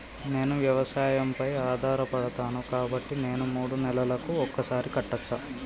నేను వ్యవసాయం పై ఆధారపడతాను కాబట్టి నేను మూడు నెలలకు ఒక్కసారి కట్టచ్చా?